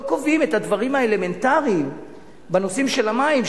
לא קובעים את הדברים האלמנטריים בנושאים של המים,